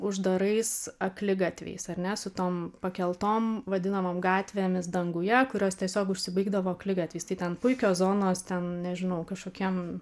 uždarais akligatviais ar ne su tom pakeltom vadinamom gatvėmis danguje kurios tiesiog užsibaigdavo akligatviais tai ten puikios zonos ten nežinau kažkokiem